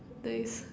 nice